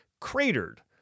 cratered